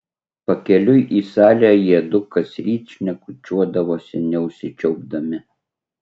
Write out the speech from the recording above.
pakeliui į salę jiedu kasryt šnekučiuodavosi neužsičiaupdami